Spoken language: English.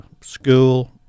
school